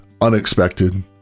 unexpected